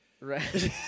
Right